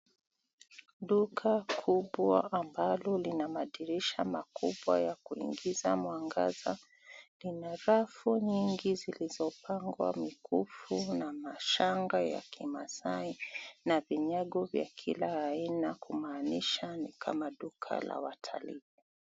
Duka kubwa ambalo lina madirisha makubwa ya kuingiza mwangaza. Lina rafu nyingi zilizopangwa mikuku na mashanga ya kimaasai na vinyango vya kila aina kumaanisha ni kama duka la watalii.